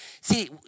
See